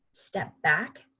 step back,